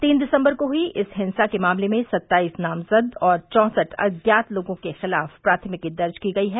तीन दिसम्बर को हई इस हिंसा के मामले में सत्ताईस नामज़द और चौसठ अज्ञात लोगों के ख़िलाफ प्राथमिकी दर्ज को गई है